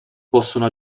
possono